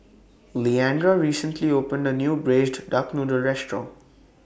Leandra recently opened A New Braised Duck Noodle Restaurant